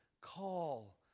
call